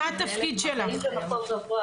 מה התפקיד שלך?